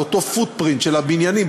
על אותו footprint של בניינים,